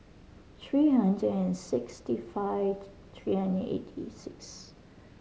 three hundred and sixty five three and eighty six